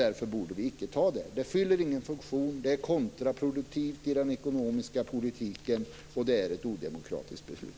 Därför borde vi icke ta det. Det fyller ingen funktion. Det är kontraproduktivt i den ekonomiska politiken, och det är ett odemokratiskt beslut.